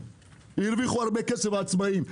הרוויחו הרבה כסף העצמאים?